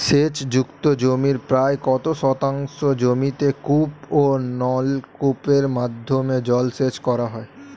সেচ যুক্ত জমির প্রায় কত শতাংশ জমিতে কূপ ও নলকূপের মাধ্যমে জলসেচ করা হয়?